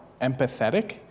empathetic